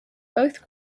both